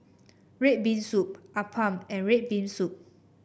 red bean soup appam and red bean soup